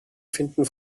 finden